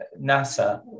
NASA